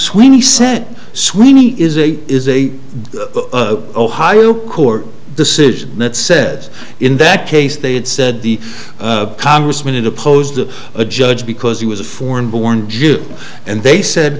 sweeney sent sweeney is a is a ohio court decision that said in that case they had said the congressmen opposed to a judge because he was a foreign born jew and they said